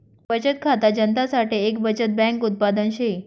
बचत खाता जनता साठे एक बचत बैंक उत्पादन शे